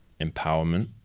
empowerment